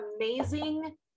amazing